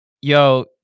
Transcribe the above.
yo